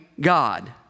God